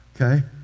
okay